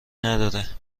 نداره